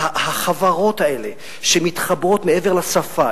החברות האלה שמתחברות מעבר לשפה,